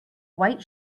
white